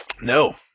no